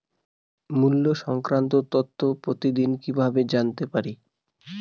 মুল্য সংক্রান্ত তথ্য প্রতিদিন কিভাবে জানতে পারি?